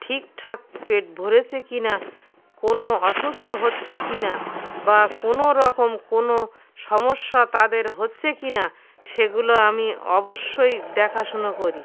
ঠিকঠাক পেট ভরেছে কি না কোনো অসুস্থ হচ্ছে কি না বা কোনো রকম কোনো সমস্যা তাদের হচ্ছে কি না সেগুলো আমি অবশ্যই দেখাশুনো করি